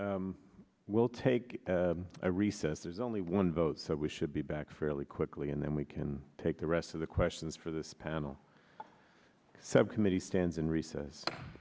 and we'll take a recess is only one vote so we should be back fairly quickly and then we can take the rest of the questions for this panel subcommittee stands in recess